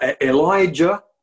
Elijah